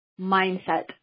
mindset